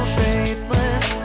faithless